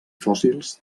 fòssils